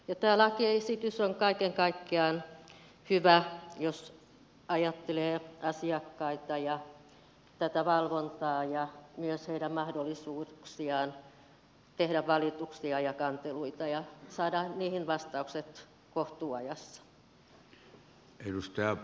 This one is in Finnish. tämä lakiesitys on kaiken kaikkiaan hyvä jos ajattelee asiakkaita ja tätä valvontaa ja myös heidän mahdollisuuksiaan tehdä valituksia ja kanteluita ja saada niihin vastaukset kohtuuajassa